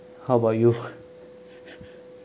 how about you